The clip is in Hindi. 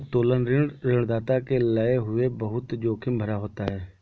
उत्तोलन ऋण ऋणदाता के लये बहुत जोखिम भरा होता है